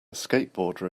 skateboarder